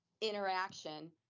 interaction